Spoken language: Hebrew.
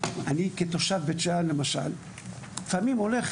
כתושב בית שאן, לפעמים הולך